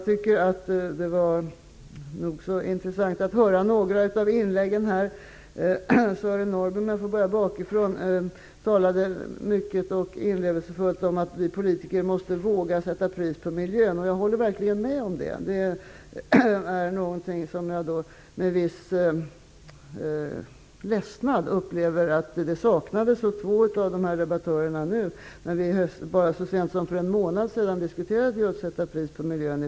Det var nog så intressant att höra några av inläggen här. Om jag börjar bakifrån kan jag säga att Sören Norrby talade mycket och inlevelsefullt om att vi politiker måste våga sätta pris på miljön. Jag håller verkligen med om det. Jag upplevde med viss ledsnad att det modet saknades hos två av debattörerna här, när vi så sent som för en månad sedan diskuterade detta med att sätta pris på miljön.